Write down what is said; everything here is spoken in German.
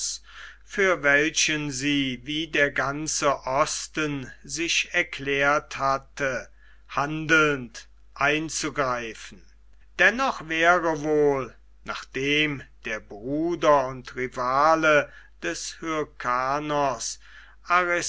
für welchen sie wie der ganze osten sich erklärt hatte handelnd einzugreifen dennoch wäre wohl nachdem der bruder und rivale des